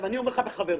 אני אומר לך בחברות.